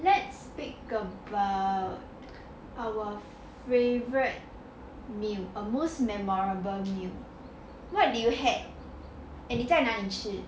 let's speak about our favourite meal or most memorable meal what did you had eh 你在哪里吃